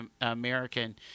American